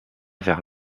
vers